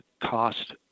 cost